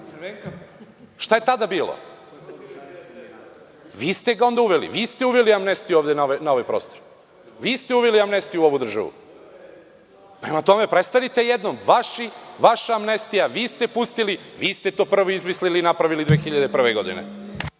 Šta je tada bilo? Vi ste ga onda uveli. Vi ste uveli amnestiju na ovaj prostor. Vi ste uveli amnestiju u ovu državu. Prema tome, prestanite jednom, vaša amnestija, vi ste pustili, vi ste to prvi izmislili i napravili 2001. godine.